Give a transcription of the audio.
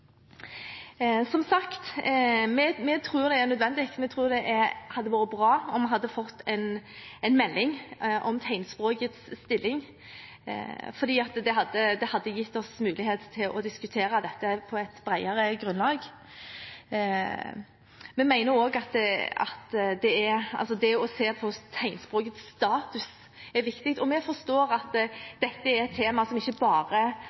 det er nødvendig med – og hadde vært bra om vi hadde fått – en melding om tegnspråkets stilling. Det hadde gitt oss mulighet til å diskutere dette på et bredere grunnlag. Vi mener også at det er viktig å se på tegnspråkets status. Vi forstår at dette er et tema som ikke bare